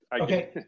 okay